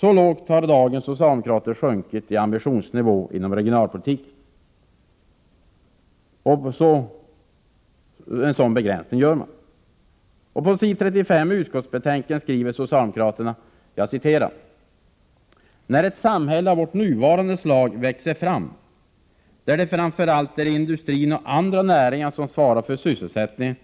Så lågt har dagens socialdemokrater sjunkit i ambitionsnivå inom regionalpolitiken. En sådan begränsning gör man. Och på ss. 35 i utskottsbetänkandet skriver socialdemokraterna: ”När ett samhälle av vårt nuvarande slag växer fram, där det framför allt är industrin och andra näringar som svarar för sysselsättningen,